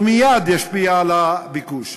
הוא מייד ישפיע על הביקוש,